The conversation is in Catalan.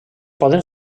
poden